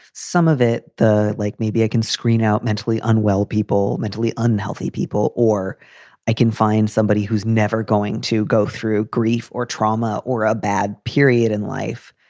some of it the like. maybe i can screen out mentally unwell people, mentally unhealthy people, or i can find somebody who's never going to go through grief or trauma or a bad period in life.